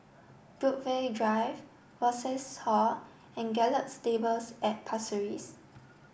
Brookvale Drive Rosas Hall and Gallop Stables at Pasir Ris